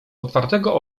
otwartego